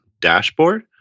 dashboard